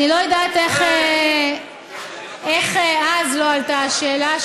אני לא יודעת איך אז לא עלתה השאלה,